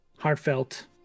heartfelt